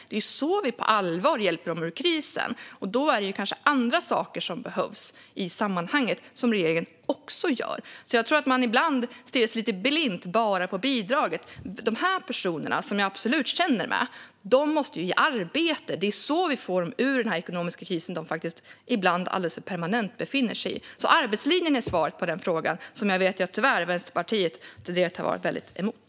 Det är så vi på allvar hjälper dem ur krisen, och då är det kanske andra saker som behövs i sammanhanget som regeringen också gör. Jag tror att man ibland stirrar sig blind på bidraget. De här personerna, som jag absolut känner med, måste ju i arbete. Det är så vi får dem ur den ekonomiska kris de befinner sig i, ibland alldeles för permanent. Svaret på frågan är alltså arbetslinjen, som jag vet att Vänsterpartiet tyvärr har varit väldigt emot.